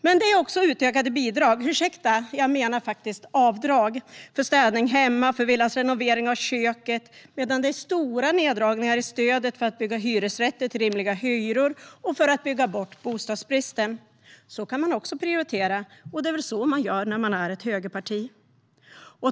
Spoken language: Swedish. Men det är också utökade bidrag - ursäkta, jag menar avdrag - för städning hemma och renovering av villans kök, medan stora neddragningar görs i stödet för att bygga hyresrätter till rimliga hyror och för att bygga bort bostadsbristen. Så kan man också prioritera, och det är väl så man gör när man är ett högerparti.